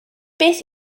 beth